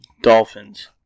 Dolphins